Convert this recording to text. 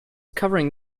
covering